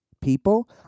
People